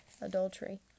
adultery